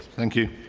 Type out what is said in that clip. thank you,